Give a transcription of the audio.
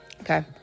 Okay